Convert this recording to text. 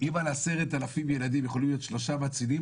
אם על 10,000 ילדים יכולים להיות שלושה מצילים,